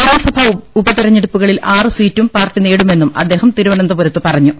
നിയമസഭാ ഉപ തെരഞ്ഞെടുപ്പുകളിൽ ആറുസീറ്റും പാർട്ടി നേടുമെന്നും അദ്ദേഹം തിരു വന്തപുരത്ത് പറഞ്ഞു